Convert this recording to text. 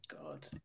God